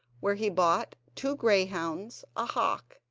where he bought two greyhounds, a hawk,